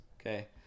Okay